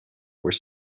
were